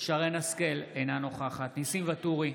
שרן מרים השכל, אינה נוכחת ניסים ואטורי,